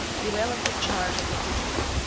villela took charge of the interment,